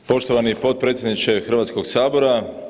Poštovani potpredsjedniče Hrvatskog sabora.